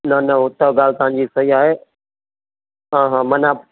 न न हो त ॻाल्हि तव्हांजी सही आहे हा हा माना